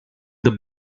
the